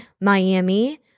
Miami